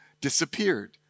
disappeared